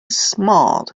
smart